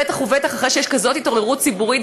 בטח ובטח אחרי שיש כזאת התעוררות ציבורית